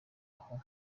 aho